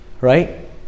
Right